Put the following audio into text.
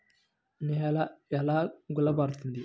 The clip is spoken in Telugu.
నేల ఎలా గుల్లబారుతుంది?